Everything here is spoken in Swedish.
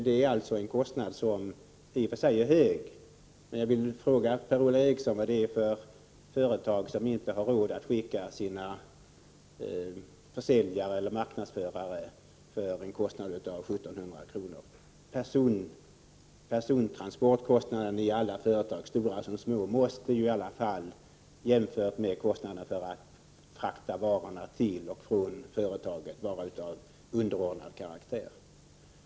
Det är en kostnad som i och för sig är hög. Men jag vill fråga Per-Ola Eriksson vad det är för företag som inte har råd att skicka sina försäljare eller marknadsförare för en kostnad av 1 700 kr. Persontransportkostnaden i alla företag, stora som små, måste ändå, jämfört med kostnaderna för att frakta varorna till och från företaget, vara av underordnad betydelse.